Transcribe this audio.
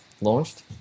launched